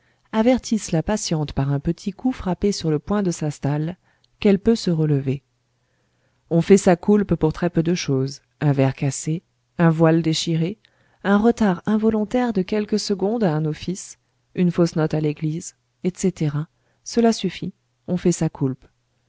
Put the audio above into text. avertisse la patiente par un petit coup frappé sur le bois de sa stalle qu'elle peut se relever on fait sa coulpe pour très peu de chose un verre cassé un voile déchiré un retard involontaire de quelques secondes à un office une fausse note à l'église etc cela suffit on fait sa coulpe